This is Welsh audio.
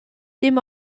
dim